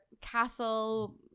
castle